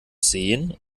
sehen